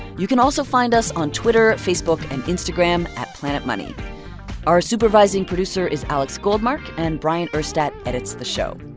you can also find us on twitter, facebook and instagram at planetmoney. our supervising producer is alex goldmark, and bryant urstadt edits the show.